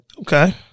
Okay